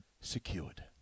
secured